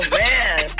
man